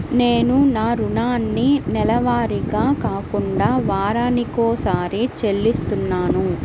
నేను నా రుణాన్ని నెలవారీగా కాకుండా వారానికోసారి చెల్లిస్తున్నాను